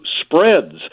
spreads